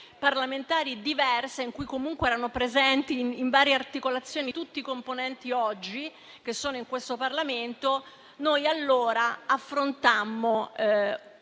parlamentari diverse, in cui, comunque, erano presenti in varie articolazioni tutte le componenti che oggi sono in questo Parlamento, affrontammo